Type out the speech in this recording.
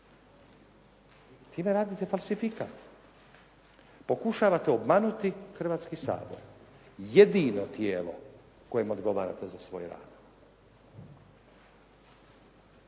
Time radite falsifikat. Pokušavate obmanuti Hrvatski sabor, jedino tijelo kojem odgovarate za svoj rad.